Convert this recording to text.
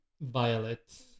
Violet